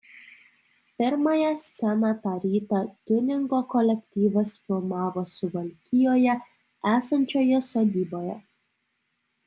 pirmąją sceną tą rytą tiuningo kolektyvas filmavo suvalkijoje esančioje sodyboje